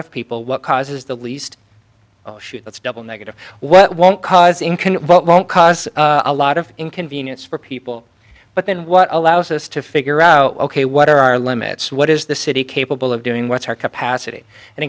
of people what causes the least oh shoot that's double negative what won't cause in can what won't cause a lot of inconvenience for people but then what allows us to figure out ok what are our limits what is the city capable of doing what's our capacity and